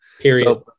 Period